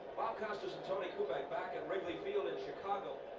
costas and tony kubek back in wrigley field in chicago.